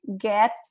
get